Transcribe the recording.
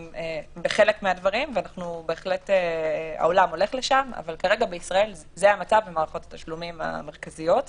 העולם הולך לשם אבל כרגע זה המצב במערכות התשלומים המרכזיות בישראל,